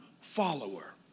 follower